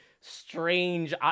strange